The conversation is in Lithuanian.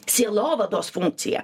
sielovados funkciją